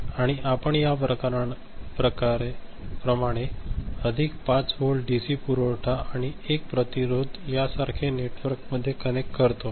आणि आपण या प्रमाणे अधिक 5 व्होल्ट डीसी पुरवठा आणि एक प्रतिरोध यासारख्या नेटवर्क मध्ये कनेक्ट करतो